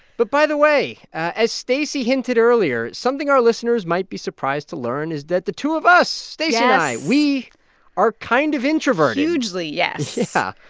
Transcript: but by the way, as stacey hinted earlier, something our listeners might be surprised to learn is that the two of us. yes. stacey and i we are kind of introverted hugely, yes yeah.